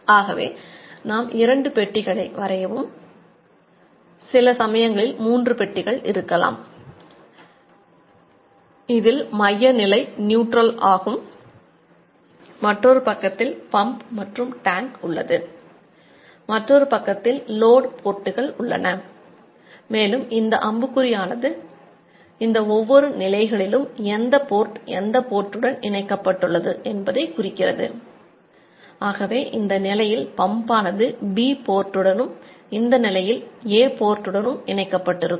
ஆகவே இரண்டு பெட்டிகளை இணைக்கப்பட்டிருக்கும்